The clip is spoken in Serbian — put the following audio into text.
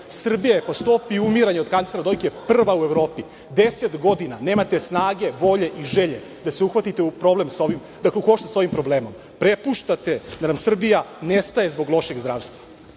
Srbija je po stopi umiranja od kancera dojke prva u Evropi. Deset godina nemate snage, volje i želje da se uhvatite u koštac sa ovim problemom. Prepuštate da nam Srbija nestaje zbog lošeg zdravstva.U